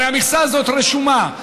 הרי המכסה הזאת רשומה,